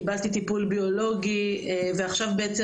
קיבלתי טיפול ביולוגי ועכשיו בעצם,